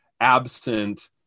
absent